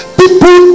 people